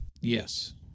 Yes